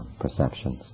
perceptions